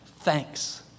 thanks